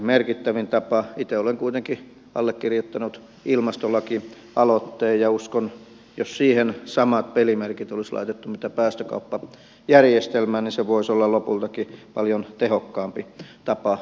itse olen kuitenkin allekirjoittanut ilmastolakialoitteen ja uskon että jos siihen samat pelimerkit olisi laitettu kuin päästökauppajärjestelmään niin se voisi olla lopultakin paljon tehokkaampi tapa toimia